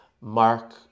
Mark